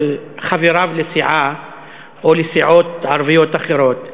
חבריו לסיעה או לסיעות ערביות אחרות,